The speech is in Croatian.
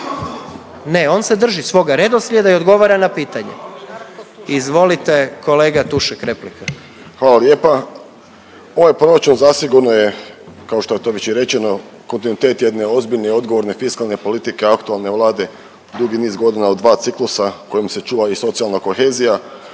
Ne, on se drži svoga redoslijeda i odgovara na pitanje. Izvolite, kolega Tušek, replika. **Tušek, Žarko (HDZ)** Hvala lijepa. Ovaj proračun zasigurno je, kao što je to već i rečeno, kontinuitet jedne ozbiljne i odgovorne fiskalne politike aktualne vlade dugi niz godina u dva ciklusa kojim se čuva i socijalna kohezija,